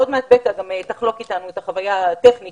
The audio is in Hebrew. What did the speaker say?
עוד מעט בקה תחלוק אתנו את החוויה הטכנית